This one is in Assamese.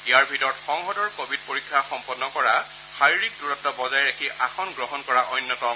ইয়াৰ ভিতৰত সংসদসকলৰ কভিড পৰীক্ষা সম্পন্ন কৰা শাৰীৰিক দূৰত্ব বজাই ৰাখি আসন গ্ৰহণ কৰা অন্যতম